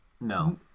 No